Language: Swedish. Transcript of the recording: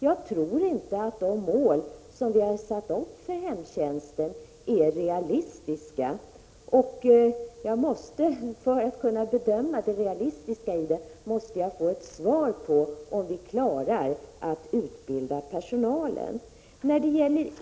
Jag tror inte att det mål vi har satt upp för hemtjänsten är realistiskt, och för att kunna bedöma det realistiska i det måste jag få ett svar på frågan om vi klarar att utbilda personalen.